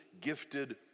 gifted